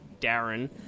Darren